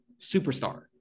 superstar